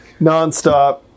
nonstop